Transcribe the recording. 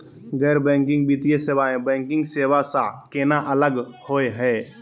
गैर बैंकिंग वित्तीय सेवाएं, बैंकिंग सेवा स केना अलग होई हे?